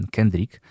Kendrick